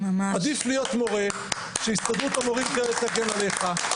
עדיף להיות מורה, הסתדרות המורים תגן עליך.